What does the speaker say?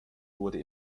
wurde